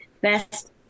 best